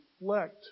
reflect